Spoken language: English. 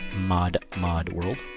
modmodworld